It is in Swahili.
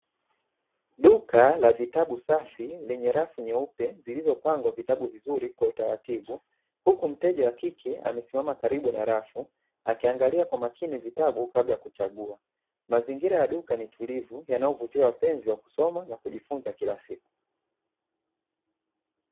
Duka la vitabu safi lenye rafu nyeupe, zilizopangwa vitabu vizuri kwa utaratibu huku mteja wa kike amesimama karibu na rafu, akiangalia kwa makini vitabu kabla ya kuchagua. Mazingira ya duka ni tulivu, yanayovutia wapenzi wa kusoma na kujifunza kila siku.